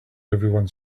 everyone